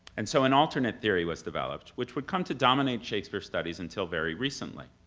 and so an alternate theory was developed which would come to dominate shakespeare studies until very recently.